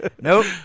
Nope